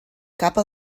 capa